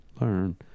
learn